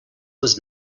was